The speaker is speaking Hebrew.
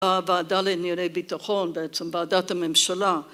הוועדה לענייני ביטחון בעצם וועדת הממשלה